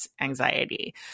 anxiety